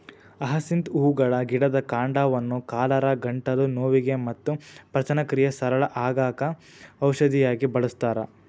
hyacinth ಹೂಗಳ ಗಿಡದ ಕಾಂಡವನ್ನ ಕಾಲರಾ, ಗಂಟಲು ನೋವಿಗೆ ಮತ್ತ ಪಚನಕ್ರಿಯೆ ಸರಳ ಆಗಾಕ ಔಷಧಿಯಾಗಿ ಬಳಸ್ತಾರ